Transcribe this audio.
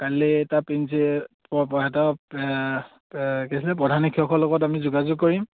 কিছুমান প্ৰধান শিক্ষকৰ লগত আমি যোগাযোগ কৰিম